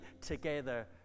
together